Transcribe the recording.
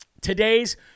today's